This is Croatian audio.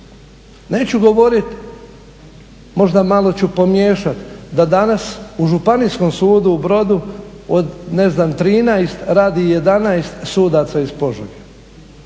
Neću govoriti možda malo ću pomiješati da danas u Županijskom sudu u Brodu od ne znam 13 radi 11 sudaca iz Požege,